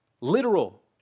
literal